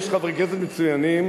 יש חברי כנסת מצוינים,